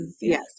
Yes